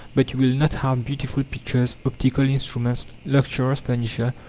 but you will not have beautiful pictures, optical instruments, luxurious furniture,